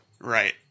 Right